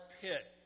pit